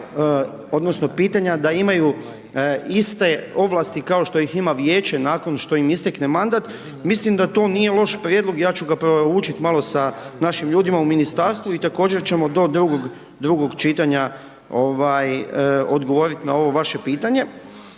odnosno pitanja da imaju iste ovlasti kao što ih ima Vijeće nakon što im istekne mandat, mislim da to nije loš prijedlog, ja ću ga proučit malo sa našim ljudima u Ministarstvu, i također ćemo do drugog, drugog čitanja ovaj, odgovorit na ovo vaše pitanje.